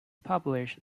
published